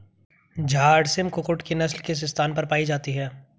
झारसिम कुक्कुट की नस्ल किस स्थान पर पाई जाती है?